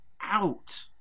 out